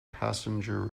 passenger